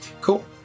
Cool